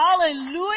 Hallelujah